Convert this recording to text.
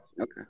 okay